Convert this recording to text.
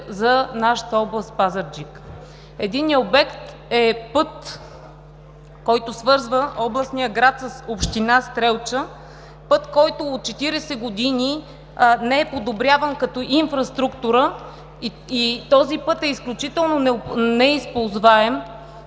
за нашата област Пазарджик. Единият обект е път, който свързва областния град с община Стрелча – път, който от 40 години не е подобряван като инфраструктура и е изключително неизползваем.